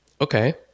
Okay